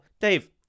Dave